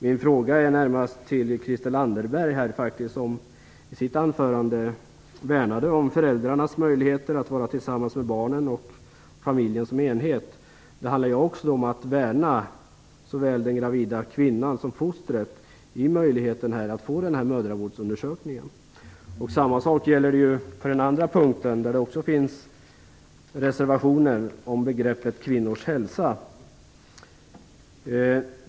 Min fråga riktar jag närmast till Christel Anderberg, som i sitt anförande säger sig värna föräldrars möjligheter att vara tillsammans med barnen och familjen som enhet. Det handlar också om att värna såväl den gravida kvinnan som fostret med möjligheten till mödravårdsundersökning. Samma sak gäller reservationen om begreppet kvinnors hälsa.